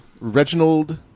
Reginald